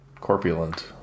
corpulent